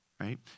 right